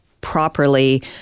properly